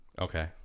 Okay